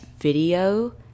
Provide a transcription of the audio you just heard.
video